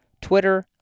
Twitter